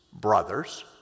brothers